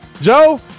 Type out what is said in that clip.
Joe